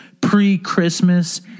pre-Christmas